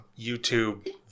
YouTube